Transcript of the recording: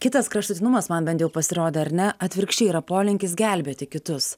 kitas kraštutinumas man bent jau pasirodė ar ne atvirkščiai yra polinkis gelbėti kitus